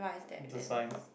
it's a science